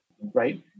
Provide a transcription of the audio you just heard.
right